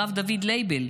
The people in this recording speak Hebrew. הרב דוד לייבל,